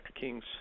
King's